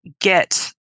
get